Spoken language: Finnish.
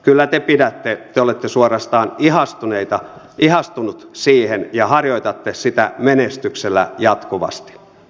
kyllä te pidätte te olette suorastaan ihastunut siihen ja harjoitatte sitä menestyksellä jatkuvasti